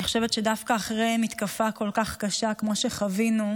אני חושבת שדווקא אחרי מתקפה כל כך קשה כמו שחווינו,